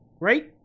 right